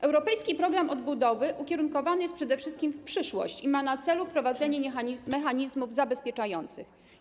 Europejski program odbudowy ukierunkowany jest przede wszystkim na przyszłość i ma na celu wprowadzenie mechanizmów zabezpieczających.